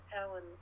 Alan